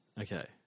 Okay